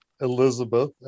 Elizabeth